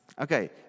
Okay